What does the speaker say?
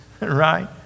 right